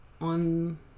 on